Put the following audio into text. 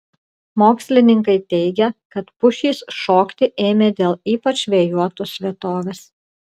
mokslininkai teigia kad pušys šokti ėmė dėl ypač vėjuotos vietovės